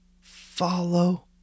Follow